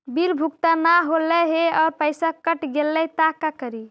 Bill भुगतान न हौले हे और पैसा कट गेलै त का करि?